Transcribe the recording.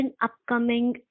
upcoming